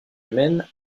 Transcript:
humaine